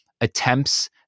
attempts